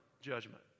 judgment